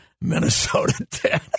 Minnesota